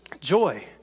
joy